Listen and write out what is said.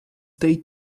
they